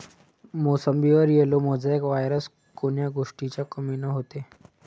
मोसंबीवर yellow mosaic virus कोन्या गोष्टीच्या कमीनं होते?